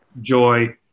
joy